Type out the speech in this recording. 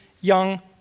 young